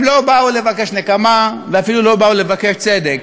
הם לא באו לבקש נקמה, ואפילו לא באו לבקש צדק.